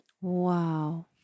Wow